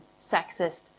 sexist